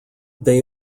they